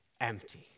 empty